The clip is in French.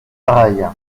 pareil